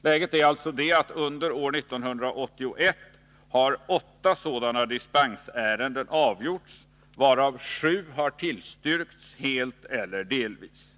Läget är alltså det att under år 1981 har sex sådana här dispensärenden avgjorts, varav fem har tillstyrkts helt eller delvis.